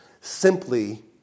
simply